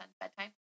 bedtime